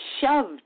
shoved